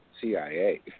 CIA